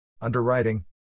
Underwriting